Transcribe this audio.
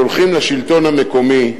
הכוחות שהולכים לשלטון המקומי,